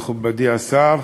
מכובדי השר,